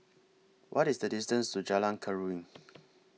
What IS The distance to Jalan Keruing